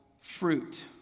fruit